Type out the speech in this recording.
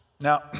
Now